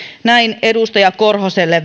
näin viestiä edustaja korhoselle